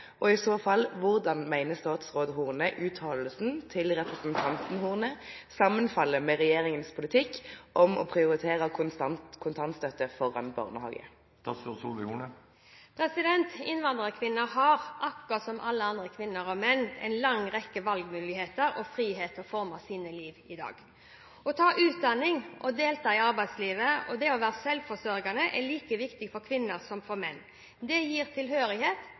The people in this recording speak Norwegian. og i så fall: Hvordan mener statsråd Horne uttalelsen til representanten Horne sammenfaller med regjeringens politikk om å prioritere kontantstøtte foran barnehager?» Innvandrerkvinner har, akkurat som alle kvinner og menn, en lang rekke valgmuligheter og frihet til å forme sitt liv. Å ta utdanning, å delta i arbeidslivet og å være selvforsørget er like viktig for kvinner som for menn. Det gir tilhørighet,